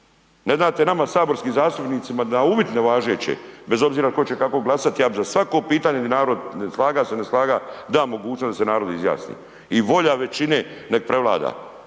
Ne date nama saborskim zastupnicima na uvid nevažeće bez obzira ko će kako glasat, ja bi za svako pitanje di narod ne slaga se, slaga, dao mogućnost da se narod izjasni i volja većine nek prevlada.